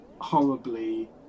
horribly